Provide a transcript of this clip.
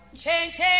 Change